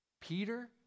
Peter